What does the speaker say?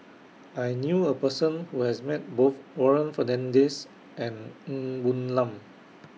I knew A Person Who has Met Both Warren Fernandez and Ng Woon Lam